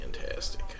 Fantastic